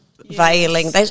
veiling